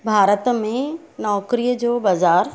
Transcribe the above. भारत में नौकरीअ जो बाज़ार